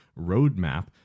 roadmap